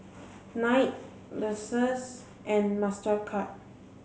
Knight Lexus and Mastercard